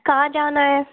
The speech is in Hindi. कहाँ जाना है